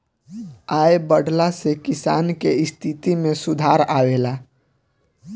आय बढ़ला से किसान के स्थिति में सुधार आवेला